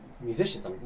musicians